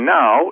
now